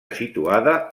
situada